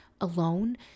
alone